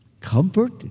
comfort